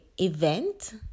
event